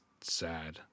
sad